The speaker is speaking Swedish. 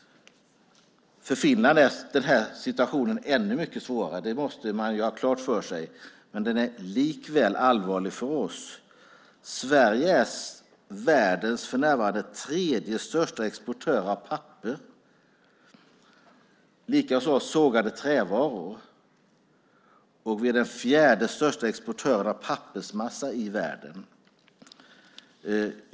För Finland är situationen svårare - det måste man ha klart för sig - men den är likväl allvarlig för oss. Sverige är världens för närvarande tredje största exportör av papper, likaså av sågade trävaror. Sverige är den fjärde största exportören av pappersmassa i världen.